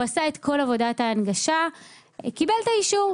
הוא עשה את כל עבודת ההנגשה וקיבל את האישור.